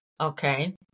Okay